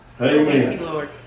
Amen